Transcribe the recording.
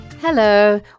Hello